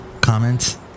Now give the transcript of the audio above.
Comments